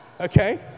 okay